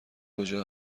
کجا